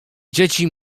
dzieci